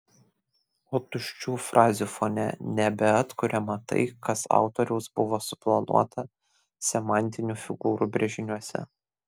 o tuščių frazių fone nebeatkuriama tai kas autoriaus buvo suplanuota semantinių figūrų brėžiniuose